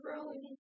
growing